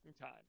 time